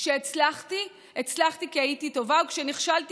כשהצלחתי הצלחתי כי הייתי טובה וכשנכשלתי